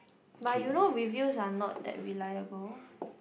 but you know reviews are not that reliable